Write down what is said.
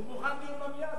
הוא מוכן לדיון במליאה,